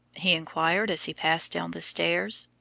he inquired as he passed down the stairs.